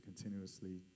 continuously